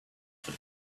for